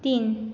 तीन